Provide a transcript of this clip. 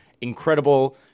incredible